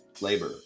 Labor